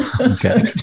Okay